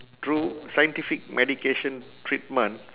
thorough scientific medication treatment